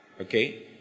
okay